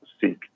seek